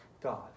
god